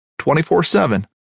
24-7